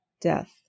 death